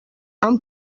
han